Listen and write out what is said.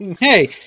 Hey